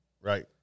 Right